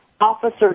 Officer